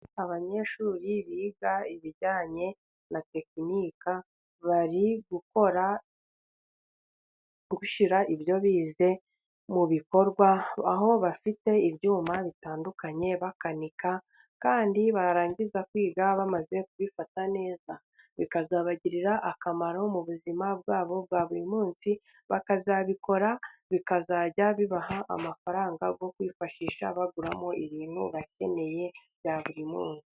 Abanyeshuri biga ibijyanye na tekinika bari gukora gushyira ibyo bize mu bikorwa, aho bafite ibyuma bitandukanye bakanika kandi barangiza kwiga bamaze kubifata neza bikazabagirira akamaro mu buzima bwabo bwa buri munsi. Bakazabikora bikazajya bibaha amafaranga yo kwifashisha baguramo ibintu bakeneye bya buri munsi.